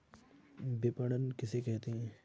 विपणन किसे कहते हैं?